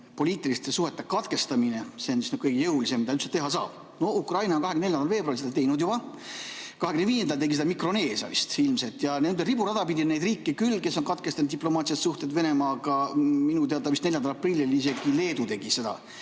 poliitiliste suhete katkestamine. See on kõige jõulisem, mida üldse teha saab. Ukraina on 24. veebruaril seda teinud. 25. veebruaril tegi seda Mikroneesia vist. Niimoodi riburadapidi on neid riike küll, kes on katkestanud diplomaatilised suhted Venemaaga. Minu teada vist 4. aprillil isegi Leedu tegi seda.